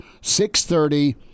6.30 –